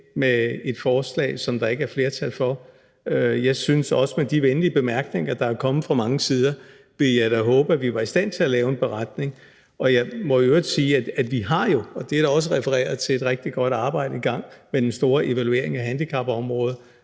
med et forslag, som der ikke er flertal for. Men jeg vil da håbe – med de venlige bemærkninger, der er kommet fra mange sider– at vi vil være i stand til at lave en beretning. Og jeg må i øvrigt sige, at vi jo har – og det er der også refereret til – et rigtig godt arbejde i gang med den store evaluering af handicapområdet,